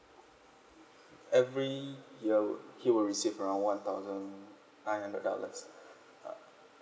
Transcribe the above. every year he will receive around one thousand nine hundred dollars